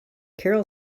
carol